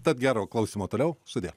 tad gero klausymo toliau sudie